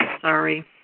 Sorry